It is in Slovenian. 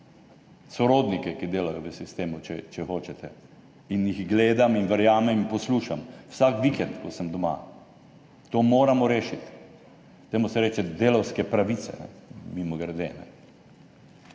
sorodnike, ki delajo v sistemu, če hočete, in jih gledam in verjamem in poslušam vsak vikend, ko sem doma. To moramo rešiti. Temu se reče delavske pravice, mimogrede.